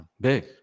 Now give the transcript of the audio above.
big